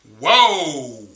Whoa